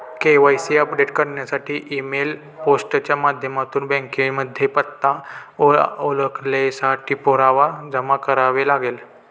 KYC update करण्यासाठी email, post च्या माध्यमातून बँकेमध्ये पत्ता, ओळखेसाठी पुरावा जमा करावे लागेल